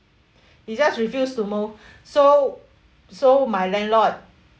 he just refuse to move so so my landlord